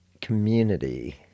community